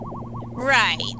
Right